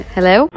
Hello